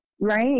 right